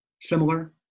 similar